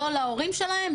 לא להורים שלהם,